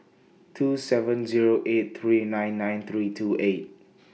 two seven Zero eight three nine nine three two eight